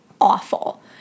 awful